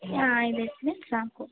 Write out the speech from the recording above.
ಹಾಂ ಐದೈದು ಪ್ಲೇಟ್ ಸಾಕು